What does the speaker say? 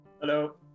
Hello